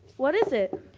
what is it?